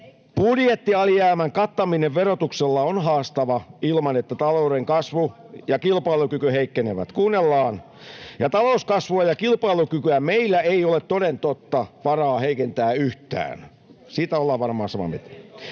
budjettialijäämän kattaminen verotuksella on haastavaa ilman, että talouden kasvu ja kilpailukyky heikkenevät — Kuunnellaan! — ja talouskasvua ja kilpailukykyä meillä ei ole toden totta varaa heikentää yhtään. Siitä ollaan varmaan samaa mieltä?